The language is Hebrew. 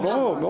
ברור.